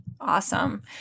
Awesome